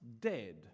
dead